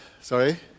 sorry